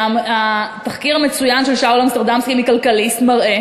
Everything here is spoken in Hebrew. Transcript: התחקיר המצוין של שאול אמסטרדמסקי מ"כלכליסט" מראה